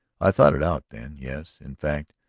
i thought it out then yes. in fact,